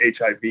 HIV